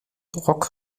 rock